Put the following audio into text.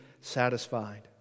satisfied